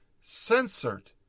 censored